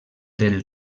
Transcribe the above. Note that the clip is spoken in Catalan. del